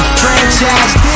franchise